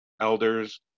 elders